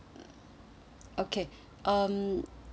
okay um